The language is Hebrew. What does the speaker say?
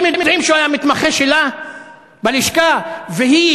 אתם יודעים שהוא היה מתמחה שלה בלשכה והיא